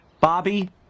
Bobby